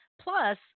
Plus